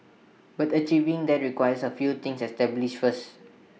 but achieving that requires A few things established first